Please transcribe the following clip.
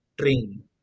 train